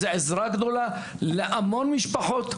זה עזרה גדולה להמון משפחות,